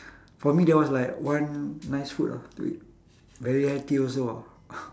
for me that was like one nice food ah to eat very healthy also ah